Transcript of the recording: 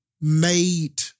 made